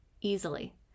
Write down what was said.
easily